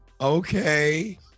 okay